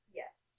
yes